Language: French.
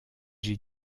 j’ai